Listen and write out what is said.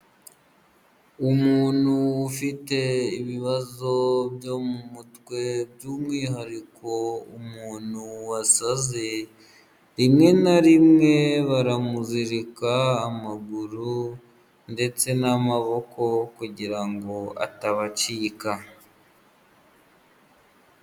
Umuntu ufite ibibazo byo mu mutwe by'umwihariko umuntu wasaze rimwe na rimwe baramuzirika amaguru ndetse n'amaboko kugira ngo atabacika.